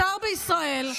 שר בישראל,